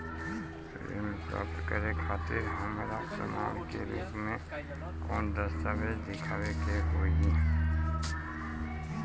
ऋण प्राप्त करे खातिर हमरा प्रमाण के रूप में कौन दस्तावेज़ दिखावे के होई?